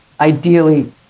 ideally